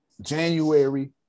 January